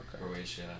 Croatia